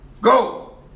go